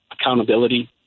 accountability